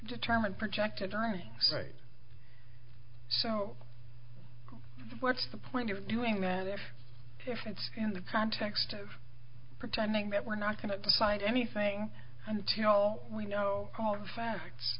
determine projected earnings right so what's the point of doing that in their heads in the context of pretending that we're not going to sign anything until we know all the facts